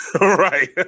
right